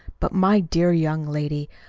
but, my dear young lady,